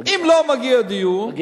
אם לא מגיע דיור, מגיע.